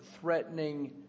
threatening